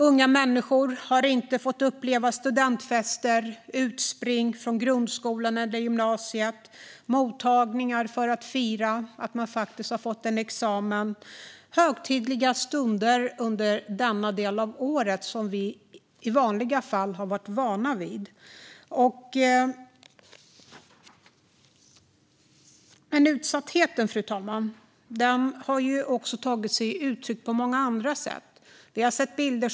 Unga människor har inte fått uppleva studentfester, utspring från grundskola eller gymnasium och mottagningar för att fira att man faktiskt fått en examen - högtidliga stunder som vi normalt sett är vana vid under denna del av året. Utsattheten har dock tagit sig uttryck även på många andra sätt, fru talman.